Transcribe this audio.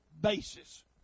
basis